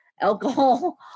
alcohol